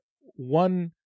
one